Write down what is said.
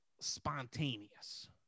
spontaneous